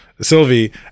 sylvie